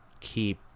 keep